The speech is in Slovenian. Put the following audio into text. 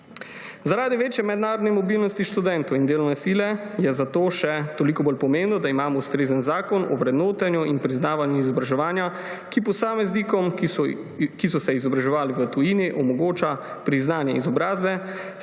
Zaradi večje mednarodne mobilnosti študentov in delovne sile je zato še toliko bolj pomembno, da imamo ustrezen zakon o vrednotenju in priznavanju izobraževanja, ki posameznikom, ki so se izobraževali v tujini, omogoča priznanje izobrazbe,